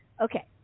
Okay